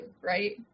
right